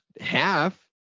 half